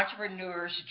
entrepreneur's